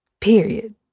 Period